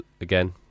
again